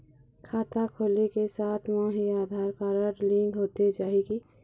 खाता खोले के साथ म ही आधार कारड लिंक होथे जाही की?